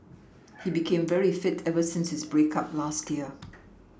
he became very fit ever since his break up last year